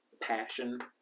passion